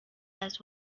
does